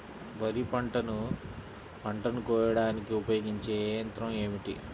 వరిపంటను పంటను కోయడానికి ఉపయోగించే ఏ యంత్రం ఏమిటి?